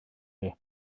chi